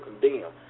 condemn